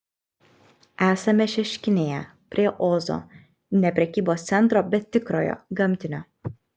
esame šeškinėje prie ozo ne prekybos centro bet tikrojo gamtinio